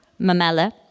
mamela